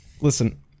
Listen